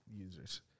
users